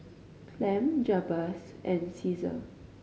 Clem Jabez and Ceasar